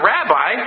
Rabbi